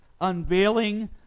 unveiling